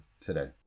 today